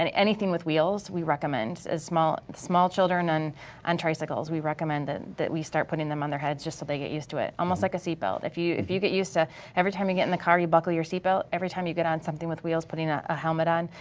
and anything with wheels, we recommend, ah small small children on and tricycles we recommend that that we start putting them on their heads just so that they get used to it. almost like a seatbelt, if you if you get used to every time you get in the car you buckle your seatbelt, every time you get on something with wheels putting ah a helmet on,